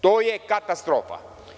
To je katastrofa.